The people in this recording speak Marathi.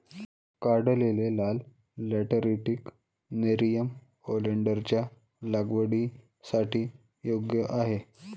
काढलेले लाल लॅटरिटिक नेरियम ओलेन्डरच्या लागवडीसाठी योग्य आहे